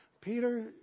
Peter